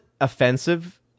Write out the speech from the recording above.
offensive